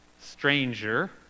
stranger